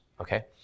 Okay